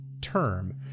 term